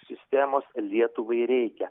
sistemos lietuvai reikia